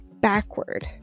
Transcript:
backward